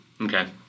Okay